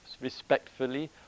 respectfully